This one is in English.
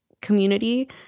community